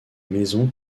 maison